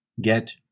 get